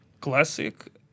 Classic